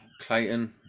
Clayton